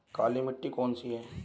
काली मिट्टी कौन सी है?